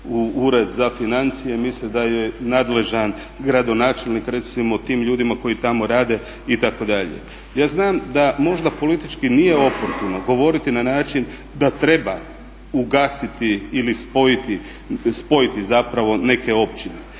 Ured za financije misle da je nadležan gradonačelnik tim ljudima koji tamo rade itd. Ja znam da možda politički nije oportuno govoriti na način da treba ugasiti ili spojiti zapravo neke općine.